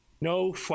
No